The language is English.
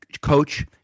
Coach